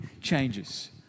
changes